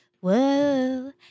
Whoa